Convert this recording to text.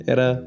Era